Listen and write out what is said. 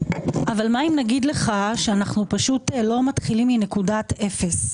--- אבל אנחנו לא מתחילים מנקודת אפס,